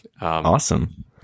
Awesome